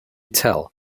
tell